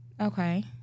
Okay